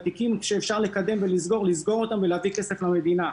התיקים שאפשר לקדם ולסגור לסגור אותם ולהביא כסף למדינה.